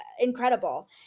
incredible